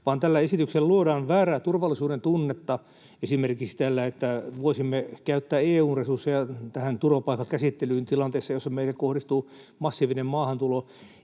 vaan esityksellä luodaan väärää turvallisuudentunnetta esimerkiksi tällä, että voisimme käyttää EU-resursseja tähän turvapaikkakäsittelyyn tilanteissa, joissa meihin kohdistuu massiivinen maahantulo.